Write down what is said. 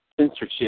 censorship